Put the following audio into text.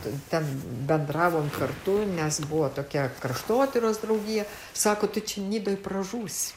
ten bendravom kartu nes buvo tokia kraštotyros draugija sako tau čia nidoj pražūsi